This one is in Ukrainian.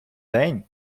день